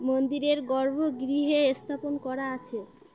মন্দিরের গর্ভগৃহে স্থাপন করা আছে